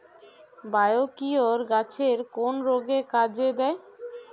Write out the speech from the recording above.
Biocure গাছের কোন রোগে কাজেদেয়?